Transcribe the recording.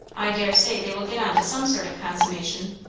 i daresay they will get on to some sort of consummation.